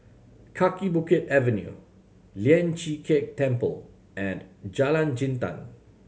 Kaki Bukit Avenue Lian Chee Kek Temple and Jalan Jintan